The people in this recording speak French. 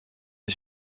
est